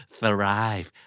thrive